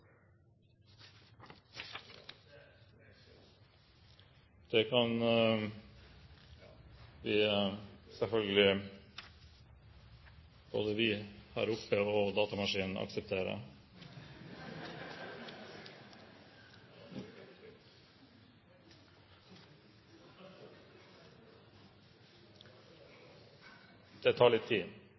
Det kan selvfølgelig – både vi her oppe, og datamaskinen – akseptere. – Det tar litt tid,